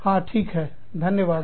हां ठीक है धन्यवाद